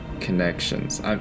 connections